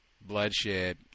bloodshed